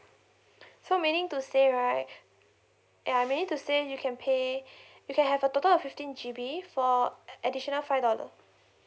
so meaning to say right yeah meaning to say you can pay you can have a total of fifteen G_B for additional five dollar